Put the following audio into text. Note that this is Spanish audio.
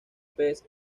pez